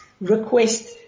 request